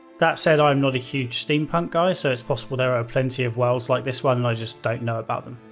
that said, i'm not a huge steampunk guy, so it's possible there are plenty of worlds like this one and i just don't know about them.